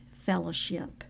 fellowship